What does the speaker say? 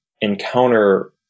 encounter